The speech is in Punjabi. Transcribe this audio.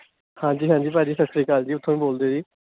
ਹਾਂਜੀ ਹਾਂਜੀ ਭਾਅ ਜੀ ਸਤਿ ਸ਼੍ਰੀ ਅਕਾਲ ਜੀ ਉੱਥੋ ਹੀ ਬੋਲਦੇ ਜੀ